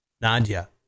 Nadia